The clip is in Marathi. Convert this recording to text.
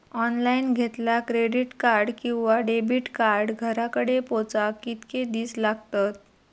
ऑनलाइन घेतला क्रेडिट कार्ड किंवा डेबिट कार्ड घराकडे पोचाक कितके दिस लागतत?